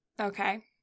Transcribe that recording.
Okay